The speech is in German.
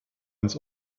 ins